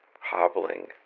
hobbling